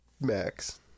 Max